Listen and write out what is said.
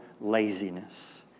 laziness